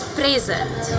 present